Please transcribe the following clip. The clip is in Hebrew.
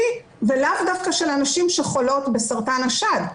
ולאו דווקא של הנשים שחולות בסרטן השד.